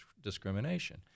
discrimination